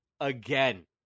again